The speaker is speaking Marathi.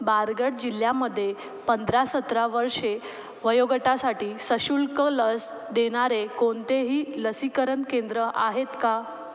बारगड जिल्ह्यामध्ये पंधरा सतरा वर्षे वयोगटासाठी सशुल्क लस देणारे कोणतेही लसीकरण केंद्र आहेत का